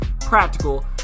practical